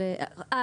אה,